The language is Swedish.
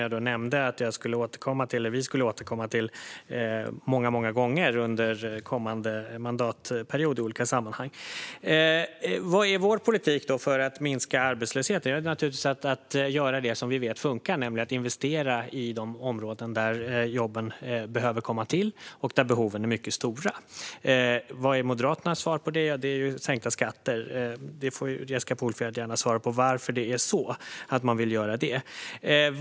Jag nämnde ju att vi återkommer till den många gånger i olika sammanhang under mandatperioden. Vad är då vår politik för att minska arbetslösheten? Det är naturligtvis att göra det vi vet funkar: investera i de områden där jobben behöver komma och där behoven är mycket stora. Moderaternas svar på detta är sänkta skatter. Jessica Polfjärd får gärna svara på varför de vill göra så.